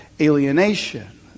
alienation